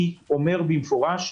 אני אומר במפורש,